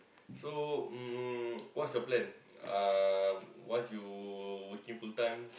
so um what's your plan um once you working full time